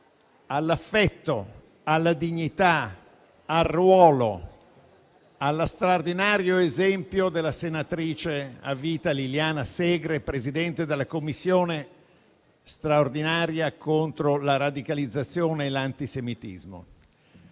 all'affetto, alla dignità, al ruolo, allo straordinario esempio della senatrice a vita Liliana Segre, Presidente della Commissione straordinaria intolleranza, razzismo, antisemitismo,